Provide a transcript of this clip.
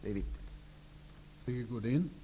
Det är viktigt.